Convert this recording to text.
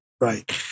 right